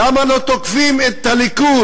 למה לא תוקפים את הליכוד?